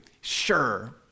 sure